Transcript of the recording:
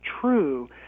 true